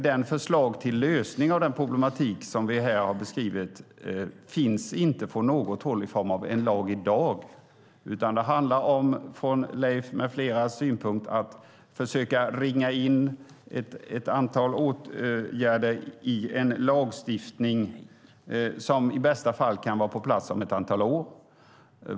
Det förslag till lösning av den problematik vi här har beskrivit finns inte på något håll i form av en lag i dag, utan det handlar från Leifs med fleras synpunkt om att försöka ringa in ett antal åtgärder i en lagstiftning som i bästa fall kan vara på plats om ett antal år.